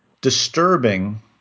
disturbing